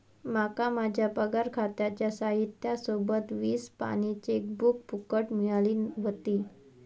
माका माझ्या पगार खात्याच्या साहित्या सोबत वीस पानी चेकबुक फुकट मिळाली व्हती